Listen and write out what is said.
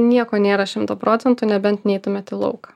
nieko nėra šimtu procentų nebent neitumėt į lauką